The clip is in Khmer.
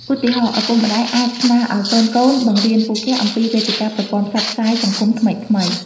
ឧទាហរណ៍ ឪពុកម្តាយអាចស្នើឱ្យកូនៗបង្រៀនពួកគេអំពីវេទិកាប្រព័ន្ធផ្សព្វផ្សាយសង្គមថ្មីៗ។